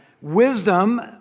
wisdom